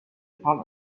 part